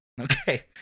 Okay